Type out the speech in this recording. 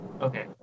okay